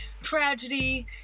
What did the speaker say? tragedy